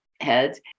heads